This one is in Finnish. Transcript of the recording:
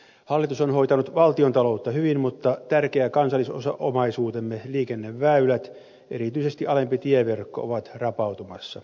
hallitus on hoitanut valtiontaloutta hyvin mutta tärkeä kansallisomaisuutemme liikenneväylät erityisesti alempi tieverkko on rapautumassa